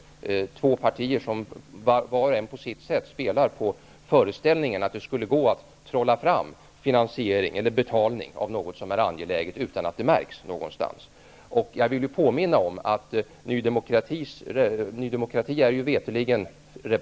Det är fråga om två partier som var och en på sitt sätt spelar på föreställningen att det skulle gå att trolla fram betalning av något som är angeläget utan att det märks någonstans. Jag vill påminna om att Ny demokrati mig veterligen är representerat i finansutskottet.